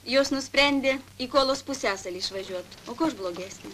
jos nusprendė į kolos pusiasalį išvažiuot o kuo aš blogesnė